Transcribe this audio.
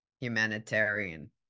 humanitarian